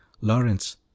Lawrence